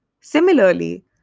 Similarly